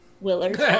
Willard